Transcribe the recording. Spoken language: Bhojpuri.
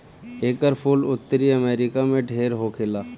एकर फूल उत्तरी अमेरिका में ढेर होखेला